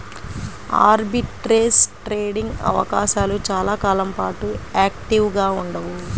arbitrage trading అవకాశాలు చాలా కాలం పాటు యాక్టివ్గా ఉండవు